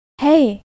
hey